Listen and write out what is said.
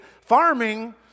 farming